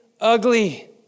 ugly